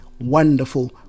wonderful